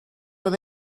oedd